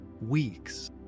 weeks